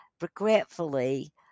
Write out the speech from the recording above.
Regretfully